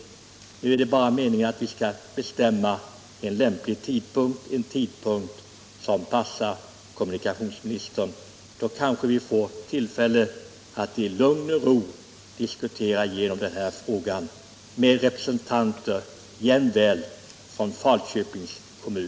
Nu är det bara att bestämma en tidpunkt som passar kommunikationsministern. Då kanske vi får möjlighet att i lugn och ro diskutera igenom den här frågan med repre sentanter jämväl från Falköpings kommun.